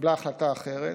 התקבלה החלטה אחרת,